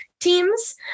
teams